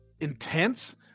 intense